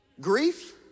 Grief